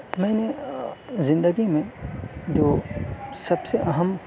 میں نے زندگی میں جو سب سے اہم